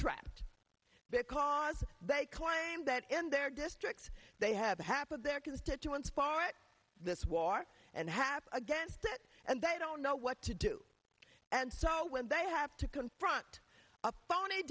trapped because they claim that in their districts they have half of their constituents for it this war and half against it and they don't know what to do and so when they have to confront